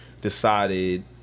decided